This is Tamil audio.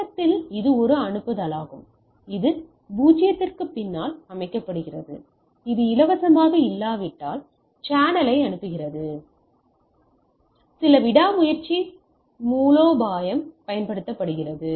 தொடக்கத்தில் இது ஒரு அனுப்புதலாகும் இது 0 க்கு பின்னால் அமைக்கப்படுகிறது இது இலவசமாக இல்லாவிட்டால் சேனலை அனுப்புகிறது சில விடாமுயற்சி மூலோபாயம் பயன்படுத்தப்படுகிறது